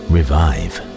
Revive